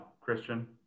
Christian